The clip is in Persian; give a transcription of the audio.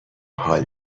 حال